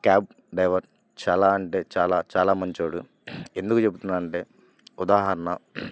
cab driver చాలా అంటే చాలా చాలా మంచోడు ఎందుకు చెప్తున్నాన్నంటే ఉదాహరణ